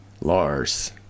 Lars